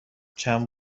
چند